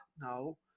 No